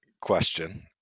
question